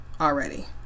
already